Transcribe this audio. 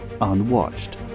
unwatched